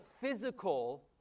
physical